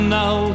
now